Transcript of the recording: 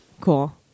cool